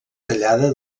tallada